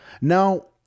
Now